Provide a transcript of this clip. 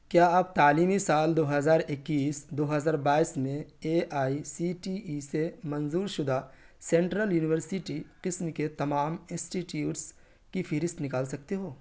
کیا آپ تعلیمی سال دو ہزار اکیس دو ہزار بائیس میں A I C T E سے منظور شدہ سنٹرل یونیورسٹی قسم کے تمام انسٹیٹیوٹس کی فہرست نکال سکتے ہو